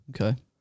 Okay